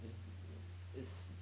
is is